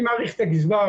אני מעריך את הגזבר,